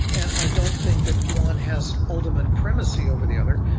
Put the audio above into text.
and i don't think that one has ultimate primacy over the other,